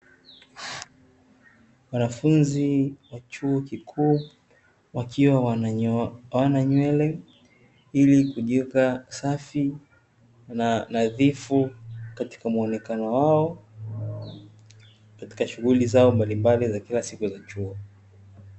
Wanafunzi wa chuo kikuu wakiwa wanayoana nywele ili kujiweka safi na nadhifu katika muonekano wao, katika shughuli zao mbalimbali za kila siku za chuo.